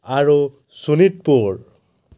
আৰু শোণিতপুৰ